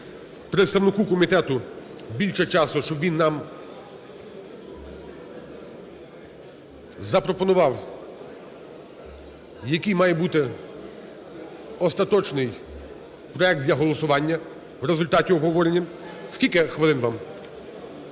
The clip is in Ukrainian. представнику комітету більше часу, щоб він нам запропонував, який має бути остаточний проект для голосування в результаті обговорення. Скільки хвилин вам?